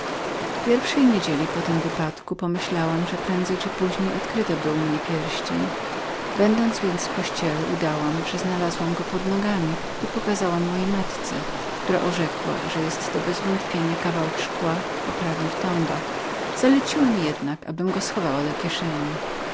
pierwszej niedzieli po tym wypadku pomyślałam że prędzej czy później odkryją u mnie pierścień będąc więc w kościele udałam że znalazłam go pod nogami i pokazałam mojej matce która rzekła że bezwątpienia musiał to być kawałek szkła oprawny w tombak zaleciła mi jednak abym go schowała do kieszeni